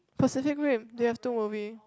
Pacific Rim they have two movie